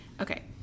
okay